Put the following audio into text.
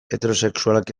heterosexualak